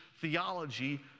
theology